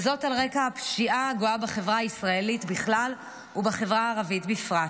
וזאת על רקע הפשיעה הגואה בחברה הישראלית בכלל ובחברה הערבית בפרט.